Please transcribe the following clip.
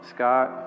Scott